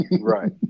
Right